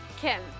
Kim